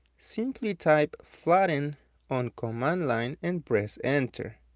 simply type flatten on command line and press enter.